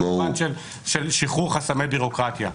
במובן של שחרור חסמי ביורוקרטיה.